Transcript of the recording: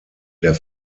der